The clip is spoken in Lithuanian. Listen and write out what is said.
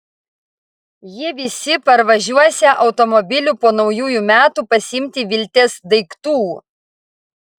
jie visi parvažiuosią automobiliu po naujųjų metų pasiimti viltės daiktų